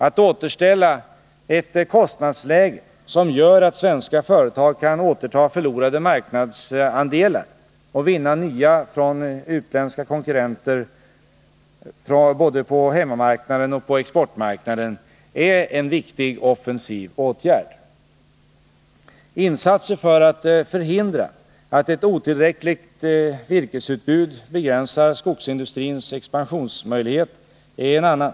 Att återställa ett kostnadsläge som gör att svenska företag kan återta förlorade marknadsandelar och vinna nya från utländska konkurrenter både på hemmamarknaden och på exportmarknaden är en viktig offensiv åtgärd. Insatser för att förhindra att ett otillräckligt virkesutbud begränsar skogsindustrins expansionsmöjlighet är en annan.